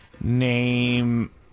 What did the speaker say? name